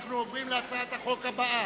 אנחנו עוברים להצעת החוק הבאה: